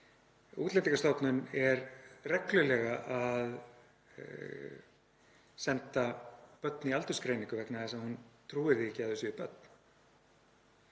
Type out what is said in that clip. Útlendingastofnun er reglulega að senda börn í aldursgreiningu vegna þess að hún trúir því ekki að þau séu börn.